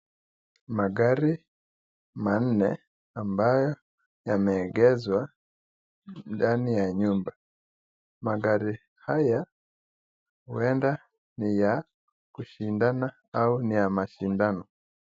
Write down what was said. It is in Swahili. Magari manne ambayo yameengezwa ndani ya nyumba. Magari haya huenda ni ya kushindana au ni ya mashindano.